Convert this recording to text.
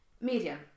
Medium